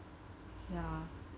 ya